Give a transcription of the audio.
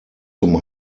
zum